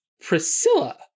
Priscilla